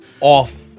Off